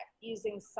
using